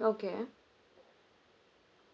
okay